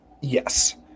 yes